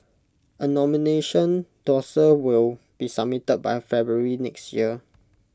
A nomination dossier will be submitted by February next year